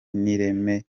n’ireme